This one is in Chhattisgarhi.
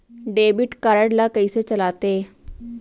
डेबिट कारड ला कइसे चलाते?